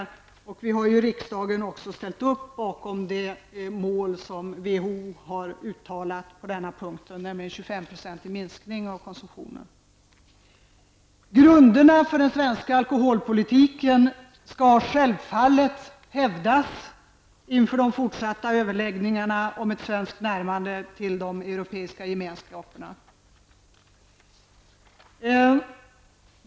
Riksdagen har ju också ställt upp bakom WHOs uttalade mål om en Grunderna för den svenska alkoholpolitiken skall självfallet hävdas inför de fortsatta överläggningarna om ett svenskt närmande till de europeiska gemenskaperna.